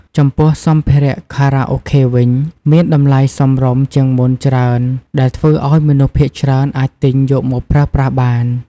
ចំពោះសម្ភារៈខារ៉ាអូខេវិញ មានតម្លៃសមរម្យជាងមុនច្រើន ដែលធ្វើឱ្យមនុស្សភាគច្រើនអាចទិញយកមកប្រើប្រាស់បាន។